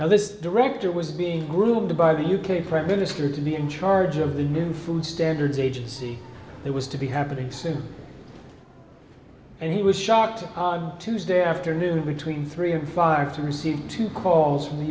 now this director was being groomed by the u k prime minister to be in charge of the new food standards agency that was to be happening soon and he was shocked tuesday afternoon between three and five to receive two calls from the